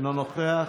אינו נוכח.